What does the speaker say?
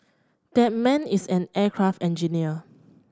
that man is an aircraft engineer